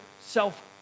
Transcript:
self